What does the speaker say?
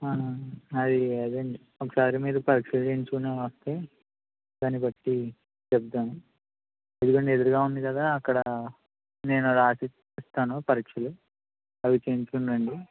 అవును అది అదండీ ఒకసారి మీరు పరీక్షలు చేయించుకుని వస్తే దానిబట్టి చెప్తాను ఇదిగో అండీ ఎదురుగా ఉంది కదా అక్కడ నేను రాసి ఇస్తాను పరీక్షలు అవి చేయించుకుని రండి